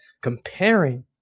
comparing